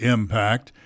Impact